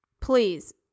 please